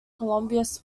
columbus